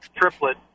triplet